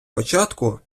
початку